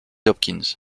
hopkins